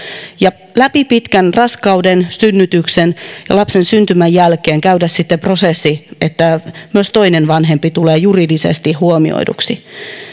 ja läpi pitkän prosessin raskauden synnytyksen ja lapsen syntymän jälkeen käydään sitten se prosessi myös toinen vanhempi tulee juridisesti huomioiduksi en ymmärrä mitä väärää on siinä